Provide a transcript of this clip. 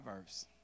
verse